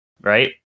right